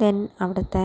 then അവിടുത്തെ